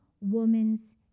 woman's